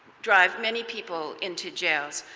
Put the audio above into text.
drive many people into jails.